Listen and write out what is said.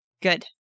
Good